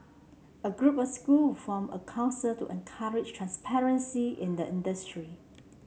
a group of school formed a council to encourage transparency in the industry